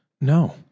no